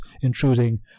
intruding